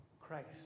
Christ